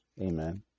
Amen